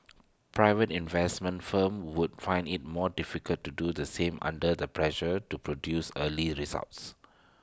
private investment firms would find IT more difficult to do the same under the pressure to produce early results